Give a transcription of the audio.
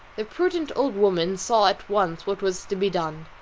the prudent old woman saw at once what was to be done.